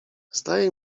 zdaje